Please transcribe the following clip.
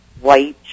white